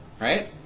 Right